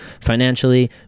financially